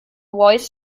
voice